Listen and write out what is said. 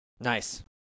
nice